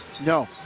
No